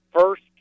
first